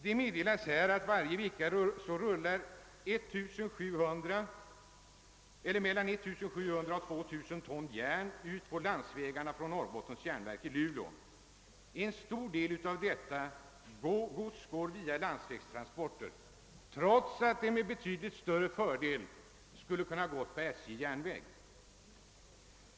Det meddelas här att varje vecka rullar mellan 1 700 och 2000 ton järn ut på landsvägarna från Norrbottens järnverk i Luleå. En stor del av detta gods går via landsvägstransporter, trots att det med betydligt större fördel skulle kunnat gå med SJ:s järnväg.